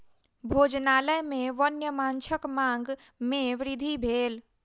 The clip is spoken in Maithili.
भोजनालय में वन्य माँछक मांग में वृद्धि भेल